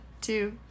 Two